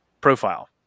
profile